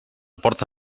porta